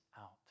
out